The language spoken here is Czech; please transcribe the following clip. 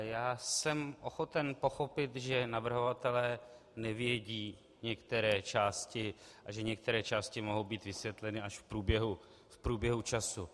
Já jsem ochoten pochopit, že navrhovatelé nevědí některé části a že některé části mohou být vysvětleny až v průběhu času.